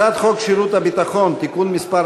הצעת חוק שירות ביטחון (תיקון מס'